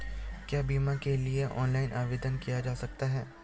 क्या बीमा के लिए भी ऑनलाइन आवेदन किया जा सकता है?